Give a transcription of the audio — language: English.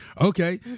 Okay